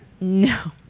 No